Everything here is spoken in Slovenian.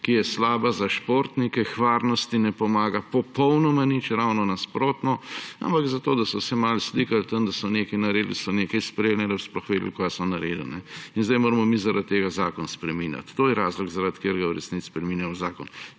ki je slaba za športnike, varnosti ne pomaga popolnoma nič, ravno nasprotno, ampak da so se malo slikali tam, da so nekaj naredili, so nekaj sprejeli, ne da bi sploh vedeli, kaj so naredili. Zdaj moramo mi zaradi tega zakon spreminjati. To je razlog, zaradi katerega v resnici spreminjamo zakon.